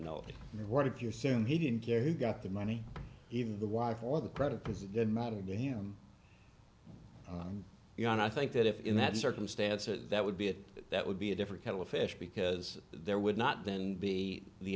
saying he didn't care who got the money even the wife or the credit because it didn't matter to him you know and i think that if in that circumstances that would be it that would be a different kettle of fish because there would not then be the